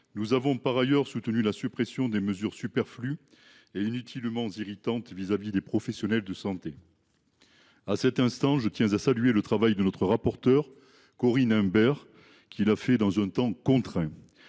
Nous avons par ailleurs soutenu la suppression des mesures du texte qui étaient superflues et inutilement irritantes à l’endroit des professionnels de santé. En cet instant, je tiens à saluer le travail de notre rapporteure, Corinne Imbert, qui l’a accompli dans un temps contraint.